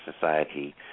Society